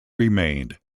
remained